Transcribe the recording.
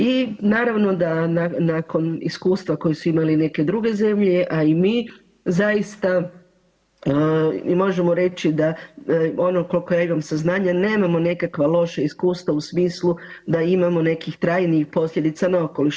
I naravno da nakon iskustva koje su imale neke druge zemlje a i mi zaista možemo reći da ono koliko ja imam saznanja nemamo nekakva loša iskustva u smislu da imamo nekih trajnijih posljedica na okoliš.